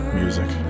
music